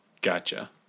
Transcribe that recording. Gotcha